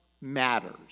matters